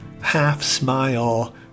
half-smile